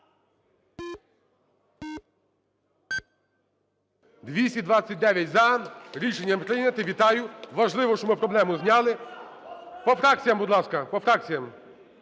За-229 Рішення прийнято. Вітаю. Важливо, що ми проблему зняли. По фракціях, будь ласка,